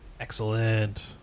Excellent